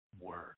word